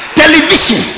television